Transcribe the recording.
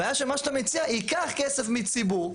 הבעיה שמה שאתה מציע ייקח כסף מציבור,